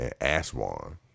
Aswan